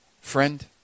friend